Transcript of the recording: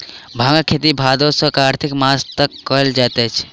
भांगक खेती भादो सॅ कार्तिक मास तक कयल जाइत अछि